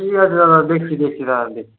ঠিক আছে দাদা দেখছি দেখছি তাহলে দেখি